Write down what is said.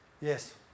Yes